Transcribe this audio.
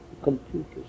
Computers